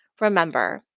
Remember